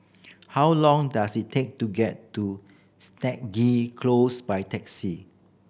how long does it take to get to Stagee Close by taxi